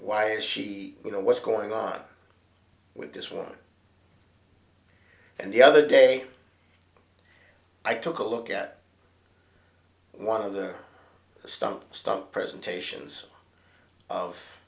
why is she you know what's going on with this one and the other day i took a look at one of the stump stump presentations of